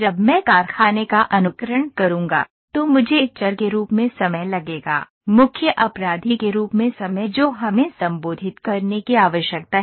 जब मैं कारखाने का अनुकरण करूंगा तो मुझे चर के रूप में समय लगेगा मुख्य अपराधी के रूप में समय जो हमें संबोधित करने की आवश्यकता है